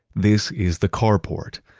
this is the carport,